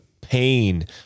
pain